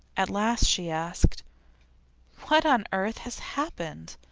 at last she asked what on earth has happened?